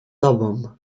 tobą